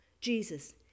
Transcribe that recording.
Jesus